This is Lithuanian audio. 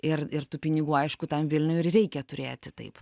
ir ir tų pinigų aišku tam vilniuj ir reikia turėti taip